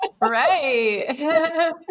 Right